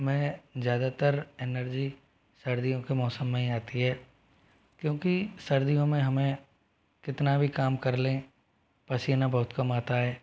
में ज़्यादातर एनर्जी सर्दियों के मौसम में ही आती है क्योंकि सर्दियों में हमें कितना भी काम कर लें पसीना बहुत कम आता है